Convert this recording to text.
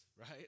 right